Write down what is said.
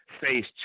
face